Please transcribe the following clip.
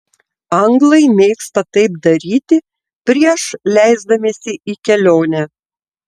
anglai mėgsta taip daryti prieš leisdamiesi į kelionę